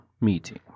meeting